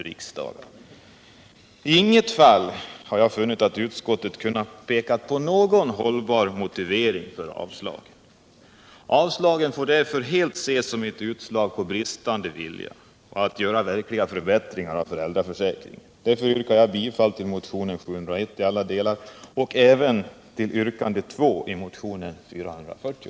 I inget fall har utskottet kunnat visa på någon hållbar motivering för förslaget om avslag. Avslagen får mot den bakgrunden ses som ett utslag av bristande vilja att genomföra verkliga förbättringar av föräldraförsäkringen. Jag yrkar därför bifall till motionen 701 i alla delar och även till yrkande 2 i motionen 440.